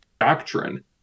doctrine